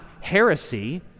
heresy